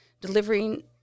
delivering